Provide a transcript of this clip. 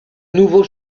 nouveau